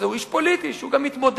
הוא איש פוליטי שהוא גם מתמודד,